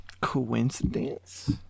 coincidence